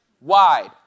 wide